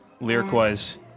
lyric-wise